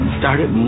started